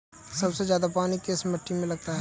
सबसे ज्यादा पानी किस मिट्टी में लगता है?